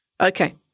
Okay